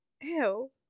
Ew